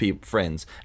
friends